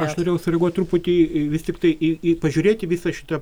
aš norėjau sureaguoti truputį vis tiktai į pažiūrėti visą šitą